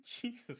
Jesus